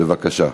בבקשה.